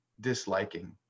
disliking